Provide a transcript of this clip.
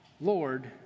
Lord